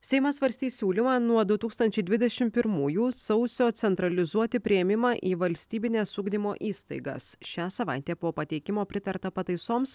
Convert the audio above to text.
seimas svarstys siūlymą nuo du tūkstančiai dvidešim pirmųjų sausio centralizuoti priėmimą į valstybines ugdymo įstaigas šią savaitę po pateikimo pritarta pataisoms